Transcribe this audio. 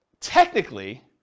technically